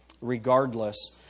regardless